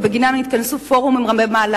ובגינן נתכנסו פורומים רמי מעלה,